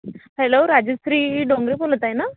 hello Rajashree Dongre बोलत आहेत ना